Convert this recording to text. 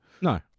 No